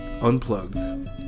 Unplugged